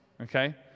Okay